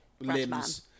limbs